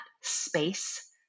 space